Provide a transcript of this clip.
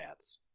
stats